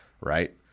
right